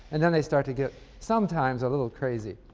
and then they start to get sometimes a little crazy.